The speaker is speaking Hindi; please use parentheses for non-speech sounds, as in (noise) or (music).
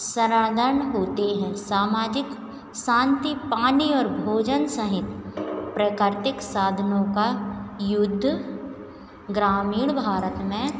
(unintelligible) होते हैं सामाजिक शान्ति पानी और भोजन सहित प्राकृतिक साधनों का युद्ध ग्रामीण भारत में